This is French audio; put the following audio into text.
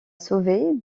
sauver